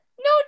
No